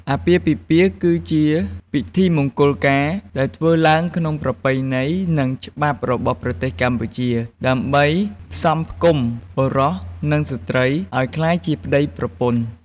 អាពាហ៍ពិពាហ៍ គឺជាពិធីមង្គលការដែលធ្វើឡើងក្នុងប្រពៃណី និងច្បាប់របស់ប្រទេសកម្ពុជា ដើម្បីផ្សំផ្គុំបុរសនិងស្ត្រីឲ្យក្លាយជាប្ដីប្រពន្ធ។